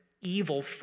evil